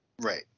Right